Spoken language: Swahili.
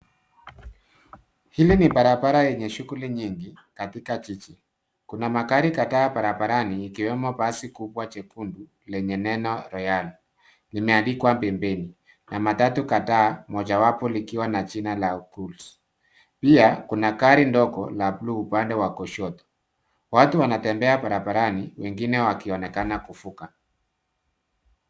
Hili ni barabara yenye shughuli nyingi katika jiji. Kuna magari kadhaa barabarani ikiwemo, basi kubwa jekundu lenye neno, Royale, limeandikwa pembeni, na matatu kadhaa, mojawapo likiwa na jina la Kulls. Pia kuna gari ndogo la blue upande wa kushoto. Watu wanatembea barabarani, wengine wakionekana kuvuka.